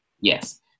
Yes